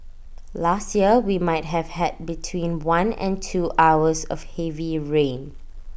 last year we might have had between one and two hours of heavy rain